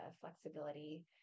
flexibility